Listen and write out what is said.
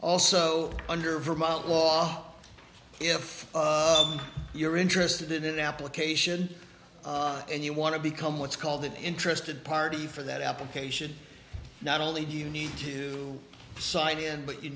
also under vermont law if you're interested in an application and you want to become what's called an interested party for that application not only do you need to sign in but you